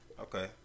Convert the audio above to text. Okay